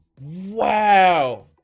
Wow